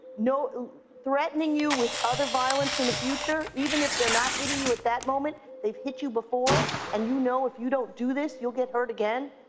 threatening you with other violence in the future, even if they're not hitting you at that moment. they've hit you before, and you know if you don't do this, you'll get hurt again,